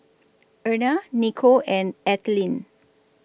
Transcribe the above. Erna Nicolle and Ethelene